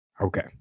Okay